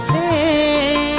a